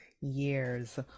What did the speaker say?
years